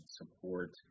support